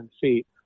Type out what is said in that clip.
feet